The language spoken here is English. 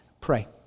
pray